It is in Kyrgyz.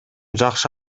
жакшы